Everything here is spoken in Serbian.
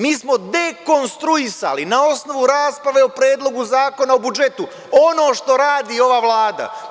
Mi smo dekonstruisali, na osnovu rasprave o Predlogu zakona o budžetu, ono što radi ova Vlada.